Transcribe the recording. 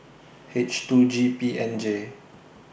H two G P N J